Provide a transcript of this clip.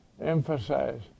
emphasize